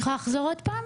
את יכולה לחזור שוב?